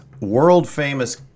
world-famous